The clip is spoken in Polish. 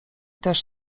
też